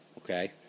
okay